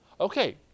Okay